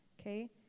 okay